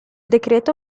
decreto